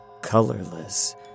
Colorless